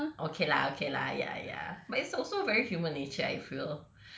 okay lah okay lah ya ya but it's also very human nature I feel